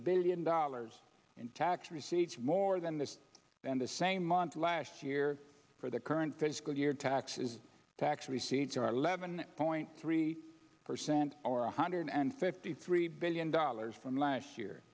billion dollars in tax receipts more than this and the same month last year for the current fiscal year taxes tax receipts are eleven point three percent or one hundred and fifty three billion dollars from last year